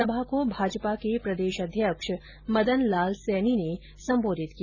सभा को भाजपा के प्रदेश अध्यक्ष मदन लाल सैनी ने संबोधित किया